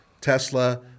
Tesla